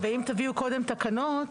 ואם תביאו קודם תקנות,